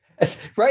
Right